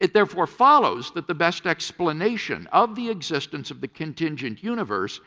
it therefore follows that the best explanation of the existence of the contingent universe